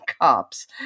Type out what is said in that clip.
cops